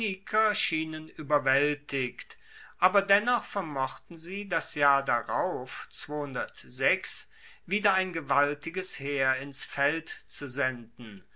schienen ueberwaeltigt aber dennoch vermochten sie das jahr darauf wieder ein gewaltiges heer ins feld zu senden